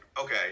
Okay